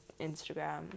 Instagram